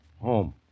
Home